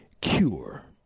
cure